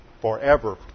forever